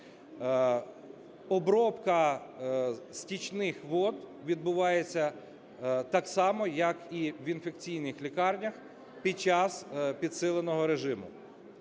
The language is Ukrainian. Обробка стічних вод відбувається так само, як і в інфекційних лікарнях під час підсиленого режиму.